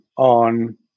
on